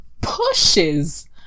pushes